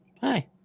hi